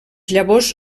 llavors